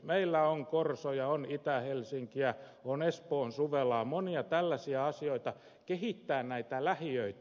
meillä on korsoja on itä helsinkiä on espoon suvelaa monia tällaisia asioita kehittää näitä lähiöitä